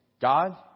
God